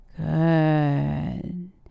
Good